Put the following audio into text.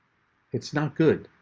it's not good.